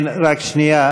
כן, רק שנייה.